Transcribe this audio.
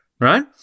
right